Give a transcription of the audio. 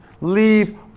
leave